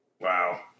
Wow